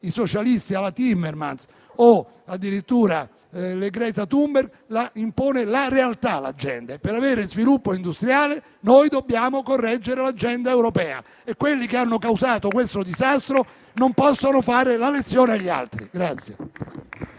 da socialisti alla Timmermans o addirittura dalle Greta Thunberg, ma dalla realtà. Per avere sviluppo industriale dobbiamo correggere l'agenda europea e quelli che hanno causato questo disastro non possono fare la lezione agli altri.